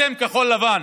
אתם, כחול לבן,